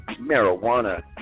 Marijuana